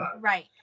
Right